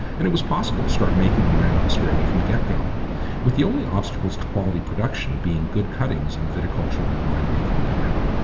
and it was possible to start making wine in australia from the get-go, with the only obstacles to quality production being good cuttings and viticultural and winemaking know-how.